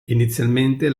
inizialmente